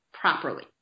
properly